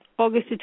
August